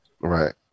Right